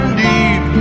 deep